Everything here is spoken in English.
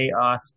Chaos